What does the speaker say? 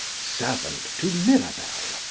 servant to mirabell,